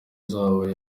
zabo